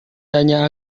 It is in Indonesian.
tanya